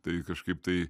tai kažkaip tai